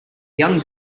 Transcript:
young